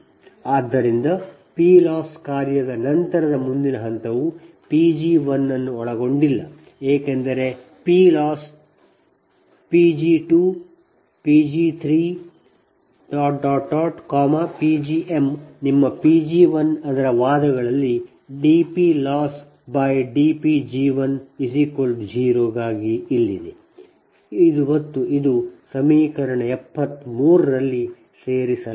ಆದ್ದರಿಂದ P Loss ಕಾರ್ಯದ ನಂತರದ ಮುಂದಿನ ಹಂತವು P g1 ಅನ್ನು ಒಳಗೊಂಡಿಲ್ಲ ಏಕೆಂದರೆ P Loss P g2 P g3 P gm ನಿಮ್ಮ P g1 ಅದರ ವಾದಗಳಲ್ಲಿ dP Loss dP g1 0 ಗಾಗಿ ಇಲ್ಲಿದೆ ಮತ್ತು ಇದು ಸಮೀಕರಣ 73 ರಲ್ಲಿ ಸೇರಿಸಲಾಗಿಲ್ಲ